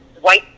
White